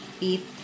eat